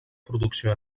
producció